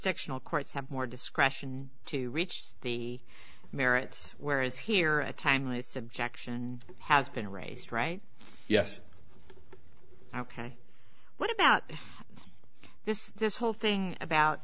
stiction all courts have more discretion to reach the merits whereas here a timeless objection has been raised right yes ok what about this this whole thing about